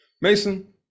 Mason